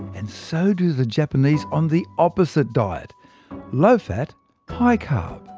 and so do the japanese on the opposite diet low-fat high-carb.